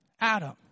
Adam